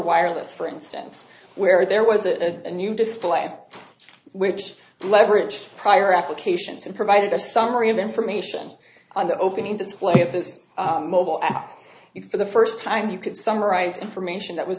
wireless for instance where there was a new display which leveraged prior applications and provided a summary of information on the opening display of this mobile app you for the first time you could summarize information that was